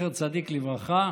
זכר צדיק לברכה,